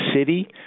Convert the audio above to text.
City